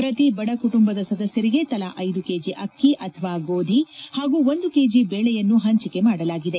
ಪ್ರತಿ ಬಡ ಕುಟುಂಬದ ಸದಸ್ಥರಿಗೆ ತಲಾ ಐದು ಕೆಜಿ ಅಕ್ಷಿ ಅಥವಾ ಗೋಧಿ ಹಾಗೂ ಒಂದು ಕೆಜಿ ದೇಳೆಯನ್ನು ಹಂಚಿಕೆ ಮಾಡಲಾಗಿದೆ